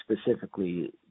specifically